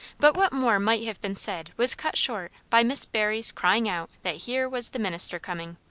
but what more might have been said was cut short by miss barry's crying out that here was the minister coming.